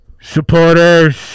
supporters